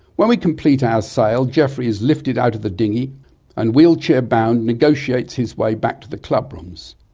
when we complete our sail geoffrey is lifted out of the dinghy and wheelchair bound negotiates his way back to the club rooms.